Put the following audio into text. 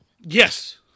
Yes